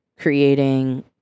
creating